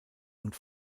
und